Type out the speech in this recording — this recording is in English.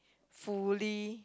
fully